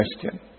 question